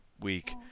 week